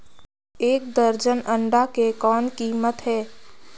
एक दर्जन अंडा के कौन कीमत हे?